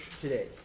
today